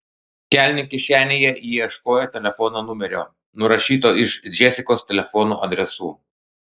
kelnių kišenėje ji ieškojo telefono numerio nurašyto iš džesikos telefono adresų